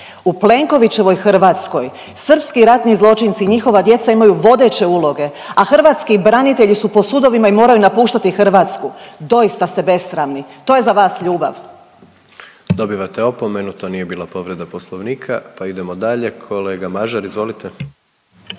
U Plenkovićevoj Hrvatskoj srpski ratni zločinci i njihova djeca imaju vodeće uloge, a hrvatski branitelji su po sudovima i moraju napuštati Hrvatsku. Doista ste besramni, to je za vas ljubav. **Jandroković, Gordan (HDZ)** Dobivate opomenu to nije bila povreda poslovnika. Pa idemo dalje, kolega Mažar izvolite.